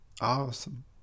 Awesome